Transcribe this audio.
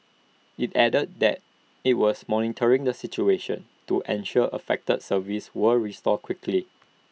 IT added that IT was monitoring the situation to ensure affected services were restored quickly